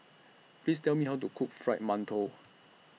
Please Tell Me How to Cook Fried mantou